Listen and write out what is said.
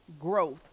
growth